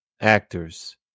actors